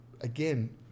again